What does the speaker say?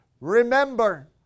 remember